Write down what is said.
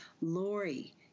Lori